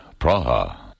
Praha